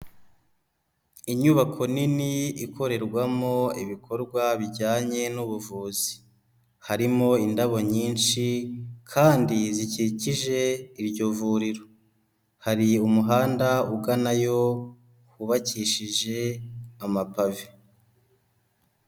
Inyubako nini ikorerwamo ibikorwa bijyanye n'ubuvuzi, harimo indabo nyinshi kandi zikikije iryo vuriro, hari umuhanda uganayo wubakishije amapave.